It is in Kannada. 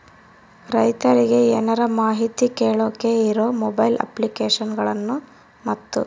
ರೈತರಿಗೆ ಏನರ ಮಾಹಿತಿ ಕೇಳೋಕೆ ಇರೋ ಮೊಬೈಲ್ ಅಪ್ಲಿಕೇಶನ್ ಗಳನ್ನು ಮತ್ತು?